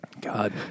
God